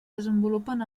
desenvolupen